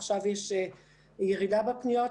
עכשיו יש ירידה במספר הפניות.